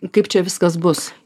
kaip čia viskas bus